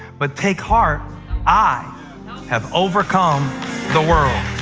but take heart i have overcome the world.